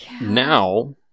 Now